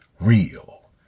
real